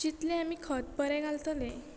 जितलें आमी खत बरें घालतले